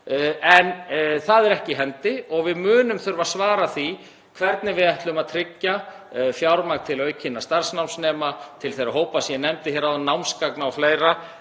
En það er ekki í hendi og við munum þurfa að svara því hvernig við ætlum að tryggja fjármagn til fjölgunar starfsnámsnema, til þeirra hópa sem ég nefndi hérna áðan og námsgagna og fleira.